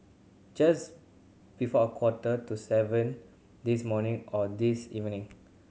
just before a quarter to seven this morning or this evening